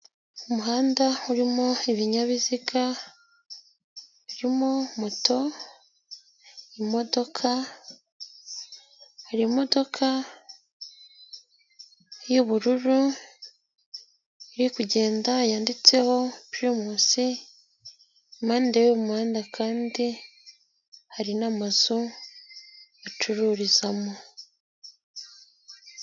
Umuhanda urimo ibinyabiziga birimo moto, imodoka, hari imodoka y'ubururu iri kugenda yanditseho pirimusi, impande y'uwo muhanda kandi hari n'amazu bacururizamo.